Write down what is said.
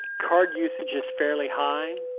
card usage is fairly high,